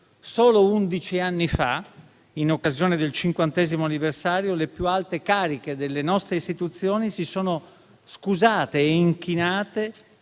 Solo undici anni fa, in occasione del cinquantesimo anniversario, le più alte cariche delle nostre istituzioni si sono scusate e inchinate